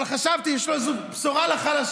אבל חשבתי שיש לו איזו בשורה לחלשים,